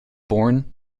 born